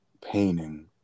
painting